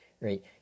right